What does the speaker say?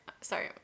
Sorry